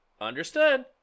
Understood